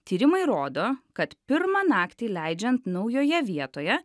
tyrimai rodo kad pirmą naktį leidžiant naujoje vietoje